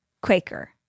Quaker